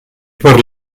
per